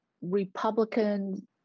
Republican